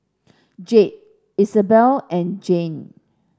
Jade Isabelle and Jann